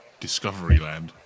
Discoveryland